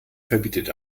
verbietet